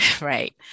right